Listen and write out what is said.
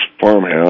farmhouse